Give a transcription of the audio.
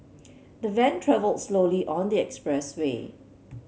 the van travelled slowly on the expressway